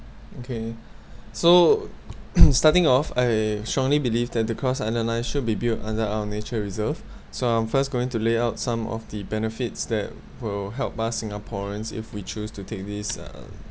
okay so starting off I strongly believe that the cross island line should be built under our nature reserve so I'm first going to lay out some of the benefits that will help us Singaporeans if we choose to take this uh